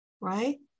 right